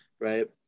right